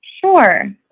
Sure